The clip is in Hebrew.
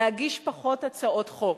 להגיש פחות הצעות חוק,